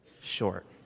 short